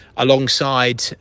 alongside